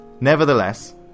Nevertheless